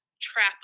trap